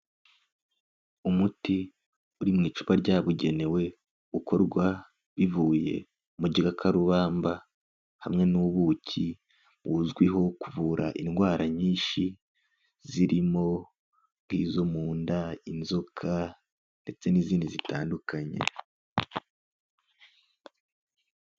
Umuti uri mu icupa ryabugenewe ukorwa bivuye mu gikakarubamba hamwe n'ubuki buzwiho kuvura indwara nyinshi zirimo nki, izo mu nda, inzoka ndetse n'izindi zitandukanye.